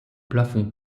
plafond